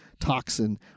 toxin